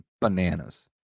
bananas